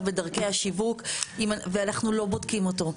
בדרכי השיווק ואנחנו לא בודקים אותו.